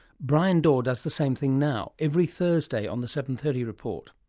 brian dawe does the same thing now, every thursday on the seven. thirty report.